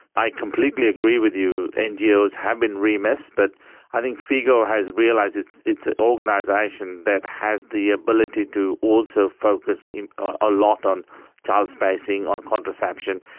i completely agree with you, ngos have been remiss, but i think figo has realised it's it's an organisation that has the ability to also focus a lot on child spacing, on contraception,